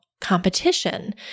competition